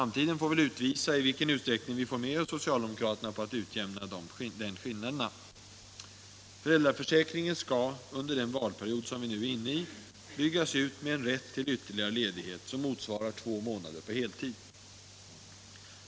Framtiden får väl utvisa i vilken utsträckning vi får med oss socialdemokraterna på att utjämna de skillnaderna. Föräldraförsäkringen skall under den valperiod, som vi nu är inne i, byggas ut med en rätt till ytterligare ledighet, som motsvarar två månader på heltid.